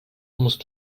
musst